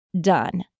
done